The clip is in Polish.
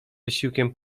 wysiłkiem